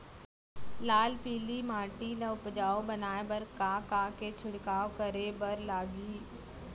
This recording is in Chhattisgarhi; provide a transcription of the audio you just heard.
लाल पीली माटी ला उपजाऊ बनाए बर का का के छिड़काव करे बर लागही?